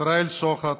ישראל שוחט,